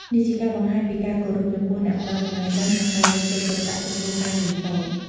នេះជាការបង្ហាញពីការគោរពចំពោះអ្នកផ្តល់ចំណេះដឹង និងការយកចិត្តទុកដាក់ចំពោះការរៀនសូត្រ។